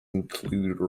include